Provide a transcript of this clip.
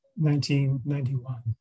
1991